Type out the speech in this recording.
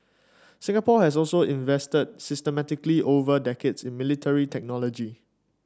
Singapore has also invested systematically over decades in military technology